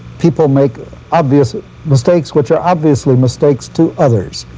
people make obvious mistakes which are obviously mistakes to others.